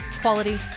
quality